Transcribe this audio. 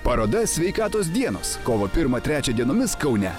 paroda sveikatos dienos kovo pirmą trečią dienomis kaune